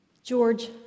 George